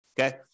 Okay